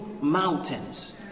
mountains